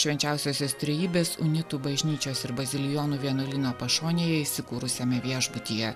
švenčiausiosios trejybės unitų bažnyčios ir bazilijonų vienuolyno pašonėje įsikūrusiame viešbutyje